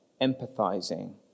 empathizing